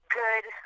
good